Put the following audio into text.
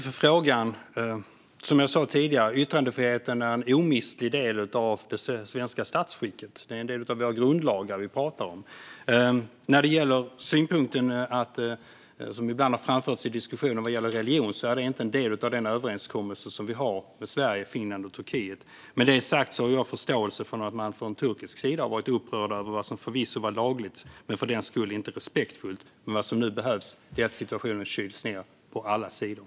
Herr talman! Jag tackar så mycket för frågan. Som jag sa tidigare är yttrandefriheten en omistlig del av det svenska statsskicket. Det är en del av våra grundlagar vi pratar om. När det gäller synpunkten om religion, som ibland har framförts i diskussionen, är inte det en del av den överenskommelse vi har mellan Sverige, Finland och Turkiet. Med det sagt har jag förståelse för att man från turkisk sida har varit upprörd över detta som förvisso var lagligt men för den skull inte respektfullt. Vad som nu behövs är att situationen kyls ned på alla sidor.